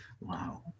Wow